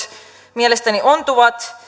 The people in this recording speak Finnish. mielestäni ontuvat